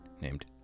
named